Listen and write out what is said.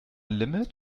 limit